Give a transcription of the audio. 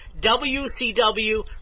WCW